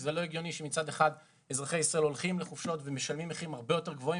לא ייתכן שישראלים הולכים למלונות ומשלמים מחירים גבוהים